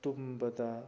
ꯇꯨꯝꯕꯗ